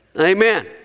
Amen